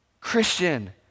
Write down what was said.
Christian